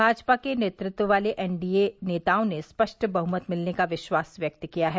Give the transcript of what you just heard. भाजपा के नेतृत्व वाले एनडीए नेताओं ने स्पष्ट बहुमत मिलने का विश्वास व्यक्त किया है